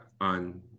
on